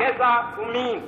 גזע ומין,